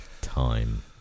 time